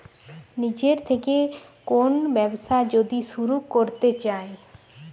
নিজের থেকে কোন ব্যবসা যদি শুরু করতে চাই